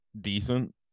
decent